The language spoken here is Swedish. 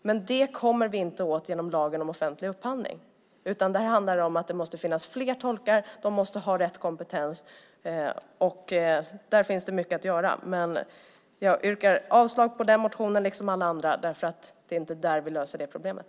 Men det kommer vi inte åt genom lagen om offentlig upphandling. Det handlar om att det måste finnas fler tolkar och att de måste ha rätt kompetens. Där finns det mycket att göra, men jag yrkar avslag på den motionen liksom på alla andra eftersom det inte är där vi löser det problemet.